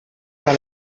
par